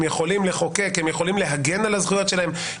הם יכולים לחוקק ולהגן על הזכויות שלהם,